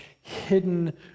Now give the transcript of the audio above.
hidden